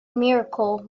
miracle